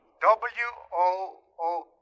W-O-O